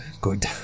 Good